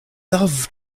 love